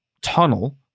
tunnel